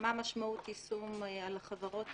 מה משמעות יישום על חברות התקשורת,